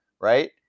right